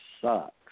sucks